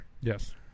Yes